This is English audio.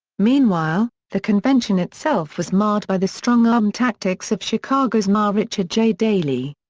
meanwhile, the convention itself was marred by the strong-arm tactics of chicago's mayor richard j. daley.